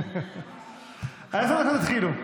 עשר הדקות התחילו.